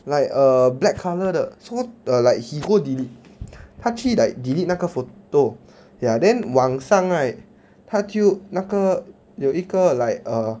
like err black colour 的 so err like he go delete 他去 like delete 那个 photo ya then 晚上 right 他就那个有一个 like err